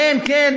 כן כן,